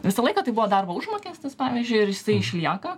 visą laiką tai buvo darbo užmokestis pavyzdžiui ir jisai išlieka